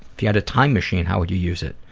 if you had a time machine, how would you use it?